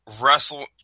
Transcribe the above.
wrestle